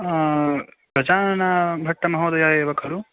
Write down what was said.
गजानन भट्ट महोदयः एव खलु